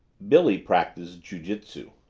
billy practices jiu-jitsu